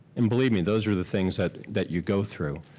and believe me, those are the things that that you go through.